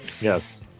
Yes